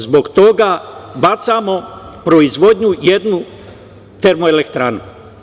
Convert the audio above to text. Zbog toga bacamo proizvodnju jednu termoelektranu.